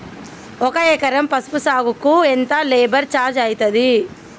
ఒక ఎకరం పసుపు సాగుకు ఎంత లేబర్ ఛార్జ్ అయితది?